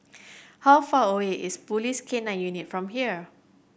how far away is Police K Nine Unit from here